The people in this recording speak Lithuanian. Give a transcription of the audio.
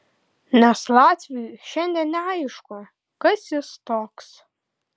nes latviui šiandien neaišku kas jis toks